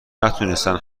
نتونستن